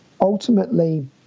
ultimately